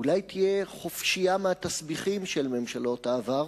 אולי תהיה חופשייה מהתסביכים של ממשלות העבר